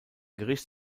gericht